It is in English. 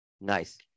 Nice